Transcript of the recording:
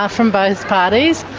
ah from both parties.